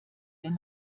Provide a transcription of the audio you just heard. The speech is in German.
wenn